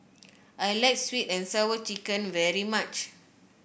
I like sweet and Sour Chicken very much